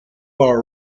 bar